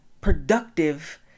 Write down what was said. productive